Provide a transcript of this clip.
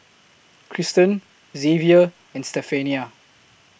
Kristen Zavier and Stephania